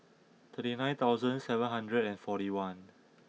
thirty nine thousand seven hundred and forty one